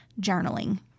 journaling